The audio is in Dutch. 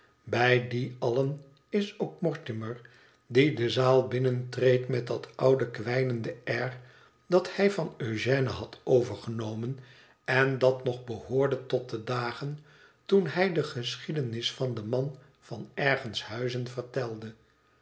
bij die allen is ook mortimer die de zaal binnentreedt met dat oude kwijnenende air dat hij van eugène had overgenomen en dat nog behoorde tot de dagen toen hij de geschiedenis van den man van ergenshuizen vertelde